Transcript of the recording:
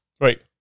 Right